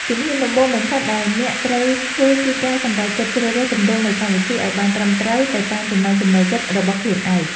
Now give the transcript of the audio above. ជំហានដំបូងបំផុតដែលអ្នកត្រូវធ្វើគឺការសម្រេចចិត្តជ្រើសរើសទម្រង់នៃកម្មវិធីឱ្យបានត្រឹមត្រូវទៅតាមចំណង់ចំណូលចិត្តរបស់ខ្លួនឯង។